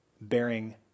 bearing